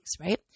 right